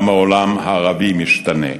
גם העולם הערבי משתנה.